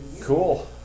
cool